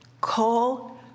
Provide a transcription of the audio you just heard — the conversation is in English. Call